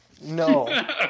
No